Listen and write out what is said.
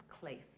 clay